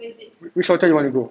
which hotel you want to go